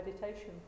meditation